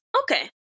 Okay